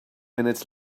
minutes